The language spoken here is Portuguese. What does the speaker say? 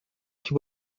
que